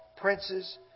princes